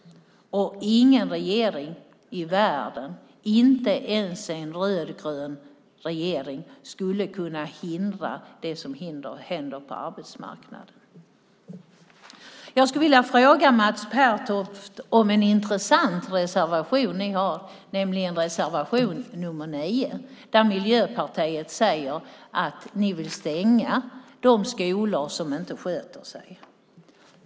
Ingen regering i världen, inte ens en rödgrön regering, skulle kunna hindra det som händer på arbetsmarknaden. Jag skulle vilja fråga Mats Pertoft om en intressant reservation som ni har, nämligen reservation nr 9. Där säger ni i Miljöpartiet att ni vill stänga de skolor som inte sköter sig.